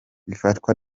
ifatwa